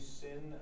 sin